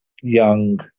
young